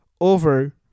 over